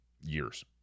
years